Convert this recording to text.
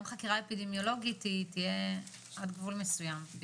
חקירה אפידמיולוגית תהיה עד גבול מסוים.